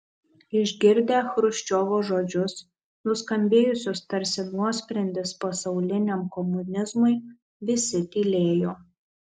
išgirdę chruščiovo žodžius nuskambėjusius tarsi nuosprendis pasauliniam komunizmui visi tylėjo